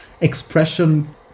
expression